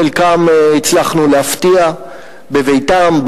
חלקם הצלחנו להפתיע בביתם,